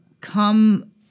come